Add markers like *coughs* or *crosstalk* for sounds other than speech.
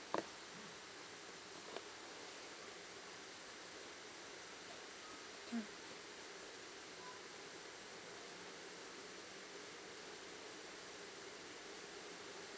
*coughs*